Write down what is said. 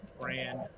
brand